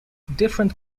different